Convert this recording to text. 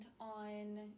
on